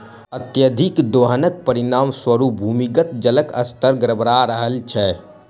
अत्यधिक दोहनक परिणाम स्वरूप भूमिगत जलक स्तर गड़बड़ा रहल छै